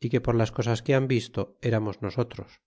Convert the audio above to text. y que por las cosas que han visto eramos nosotros